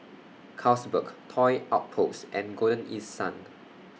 Carlsberg Toy Outpost and Golden East Sun